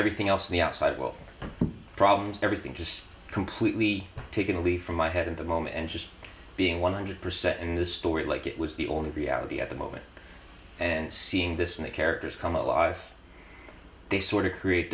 everything else on the outside will problems everything just completely taken a leaf from my head in the moment and just being one hundred percent in the story like it was the only reality at the moment and seeing this new characters come alive they sort of create